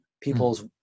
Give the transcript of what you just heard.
People's